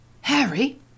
Harry